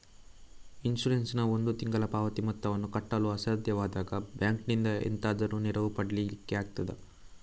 Insurance ನ ಒಂದು ತಿಂಗಳ ಪಾವತಿ ಮೊತ್ತವನ್ನು ಕಟ್ಟಲು ಅಸಾಧ್ಯವಾದಾಗ ಬ್ಯಾಂಕಿನಿಂದ ಎಂತಾದರೂ ನೆರವು ಪಡಿಲಿಕ್ಕೆ ಆಗ್ತದಾ?